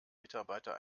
mitarbeiter